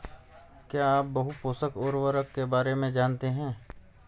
क्या आप बहुपोषक उर्वरक के बारे में जानते हैं?